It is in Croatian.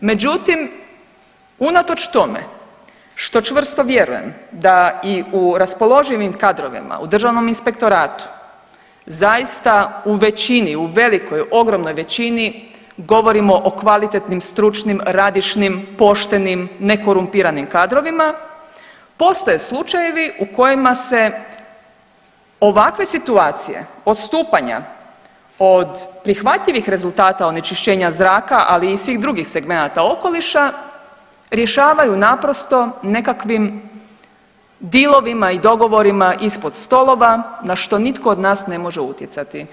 Međutim, unatoč tome što čvrsto vjerujem da i u raspoloživim kadrovima u Državnom inspektoratu, zaista u većini, u velikoj ogromnoj većini govorimo o kvalitetnim, stručnim, radišnim, poštenim, nekorumpiranim kadrovima, postoje slučajevi u kojima se ovakve situacije, odstupanja od prihvatljivih rezultata onečišćenja zraka, ali i svih drugih segmenata okoliša, rješavaju naprosto nekakvim dealovima i dogovorima ispod stolova, na što nitko od nas ne može utjecati.